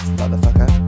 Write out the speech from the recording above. motherfucker